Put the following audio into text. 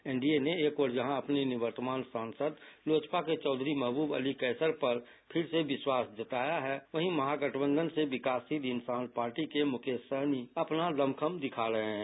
NDA ने एक ओर जहां अपने निवर्तमान सांसद लोजपा के चौधरी महबूब अली कैसर पर फिर से विश्वास जताया है वहीं महागठबंधन से विकासशील इंसान पार्टी के मुकेश सहनी अपना दमखम दिखा रहे हैं